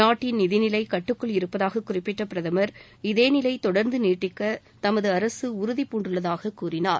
நாட்டின் நிதிநிலைகட்டுக்குள் இருப்பதாக குறிப்பிட்ட பிரதமர் இதேநிலை தொடர்ந்து நீடிக்க தமது அரசு உறுதி பூண்டுள்ளதாக கூறினார்